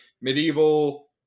medieval